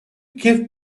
give